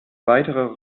weiterer